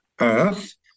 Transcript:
earth